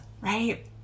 right